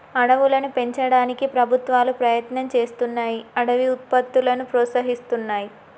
అడవులను పెంచడానికి ప్రభుత్వాలు ప్రయత్నం చేస్తున్నాయ్ అడవి ఉత్పత్తులను ప్రోత్సహిస్తున్నాయి